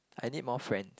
I need more friends